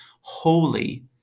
Holy